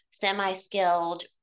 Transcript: semi-skilled